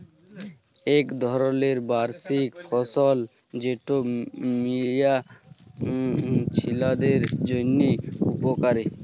ইক ধরলের বার্ষিক ফসল যেট মিয়া ছিলাদের জ্যনহে উপকারি